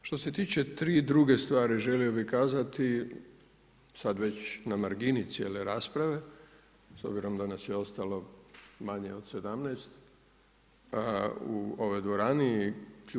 Što se tiče 3 druge stvari želio bi kazati, sad već na margini cijele rasprave, s obzirom da nas je ostalo manje od 17 u ovoj dvorani.